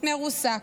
מרוסק.